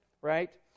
right